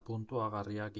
puntuagarriak